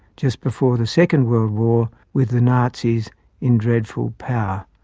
just before the second world war, with the nazis in dreadful power.